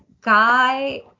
guy